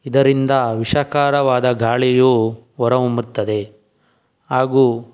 ಇದರಿಂದ ವಿಷಕರವಾದ ಗಾಳಿಯು ಹೊರ ಹೊಮ್ಮುತ್ತದೆ ಹಾಗು